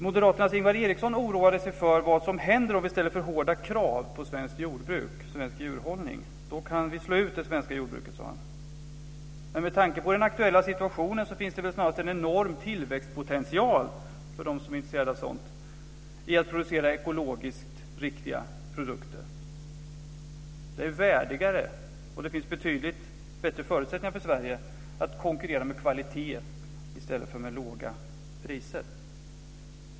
Moderaternas Ingvar Eriksson oroade sig för vad som händer om vi ställer för hårda krav på svenskt jordbruk och svensk djurhållning. Han sade att vi kan slå ut det svenska jordbruket. Men med tanke på den aktuella situationen finns det snarare en enorm tillväxtpotential, för dem som är intresserade av sådant, i att producera ekologiskt riktiga produkter. Det är värdigare, och det finns betydligt bättre förutsättningar för Sverige att konkurrera med kvalitet i stället för med låga priser.